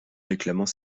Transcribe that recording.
réclamant